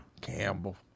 Campbell